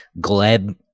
Gleb